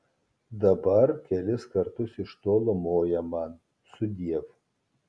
dabar kelis kartus iš tolo moja man sudiev